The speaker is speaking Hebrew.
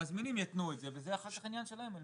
המזמינים יתנו את זה וזה אחר כך עניין שלהם.